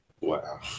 Wow